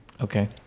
Okay